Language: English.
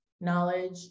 knowledge